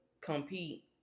compete